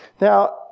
Now